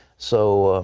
so,